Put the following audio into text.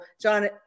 John